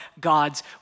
God's